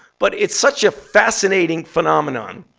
but it's such a fascinating phenomenon.